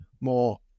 more